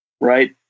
right